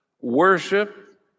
worship